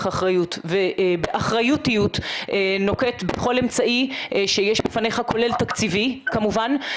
אחריות ואחריותיות ונוקט בכל אמצעי שיש בפניך כולל תקציבי כמובן,